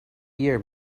year